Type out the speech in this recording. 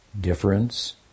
difference